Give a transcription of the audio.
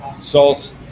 salt